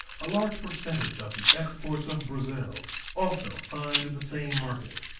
a large percentage of the exports of brazil also find the same market.